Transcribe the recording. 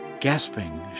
Gasping